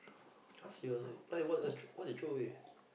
!huh! serious eh like what uh what they throw away